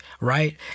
right